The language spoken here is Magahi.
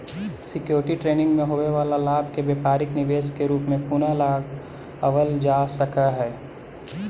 सिक्योरिटी ट्रेडिंग में होवे वाला लाभ के व्यापारिक निवेश के रूप में पुनः लगावल जा सकऽ हई